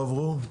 לא עברו.